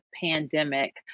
pandemic